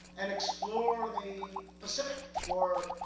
and explore the pacific for